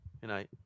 Goodnight